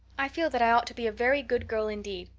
i feel that i ought to be a very good girl indeed.